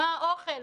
מה האוכל?